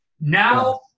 Now